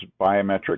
biometric